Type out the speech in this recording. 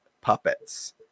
puppets